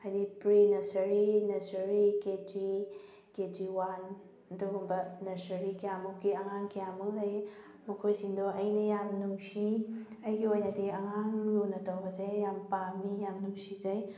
ꯍꯥꯏꯗꯤ pre nursery nursery KG KG one ꯑꯗꯨꯒꯨꯝꯕ nursery ꯀꯌꯥꯃꯨꯛꯀꯤ ꯑꯉꯥꯡ ꯀꯌꯥꯃꯨꯛ ꯂꯩ ꯃꯈꯣꯏꯁꯤꯡꯗꯣ ꯑꯩꯅ ꯌꯥꯝꯅ ꯅꯨꯡꯁꯤ ꯑꯩꯒꯤ ꯑꯣꯏꯅꯗꯤ ꯑꯉꯥꯡ ꯂꯨꯅ ꯇꯧꯕꯁꯦ ꯌꯥꯝ ꯄꯥꯝꯃꯤ ꯌꯥꯝ ꯅꯨꯡꯁꯤꯖꯩ